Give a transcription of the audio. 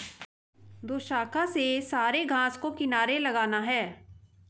दोशाखा से सारे घास को किनारे लगाना है